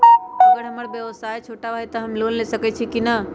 अगर हमर व्यवसाय छोटा है त हम लोन ले सकईछी की न?